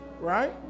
Right